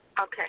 Okay